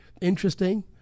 interesting